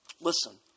Listen